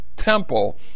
temple